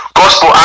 gospel